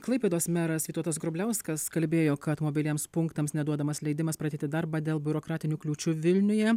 klaipėdos meras vytautas grubliauskas kalbėjo kad mobiliems punktams neduodamas leidimas pradėti darbą dėl biurokratinių kliūčių vilniuje